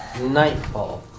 ...nightfall